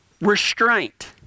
restraint